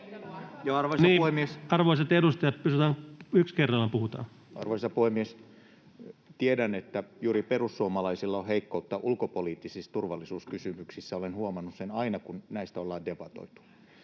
Arvoisa puhemies! Tiedän, että juuri perussuomalaisilla on heikkoutta ulkopoliittisissa turvallisuuskysymyksissä. Olen huomannut sen aina, kun näistä ollaan debatoitu.